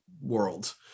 world